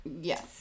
Yes